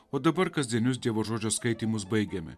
o dabar kasdienius dievo žodžio skaitymus baigiame